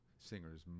Singers